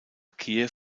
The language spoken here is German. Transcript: kiew